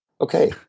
okay